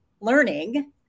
learning